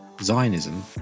Zionism